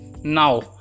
now